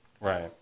Right